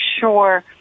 sure